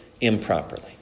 improperly